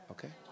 Okay